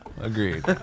Agreed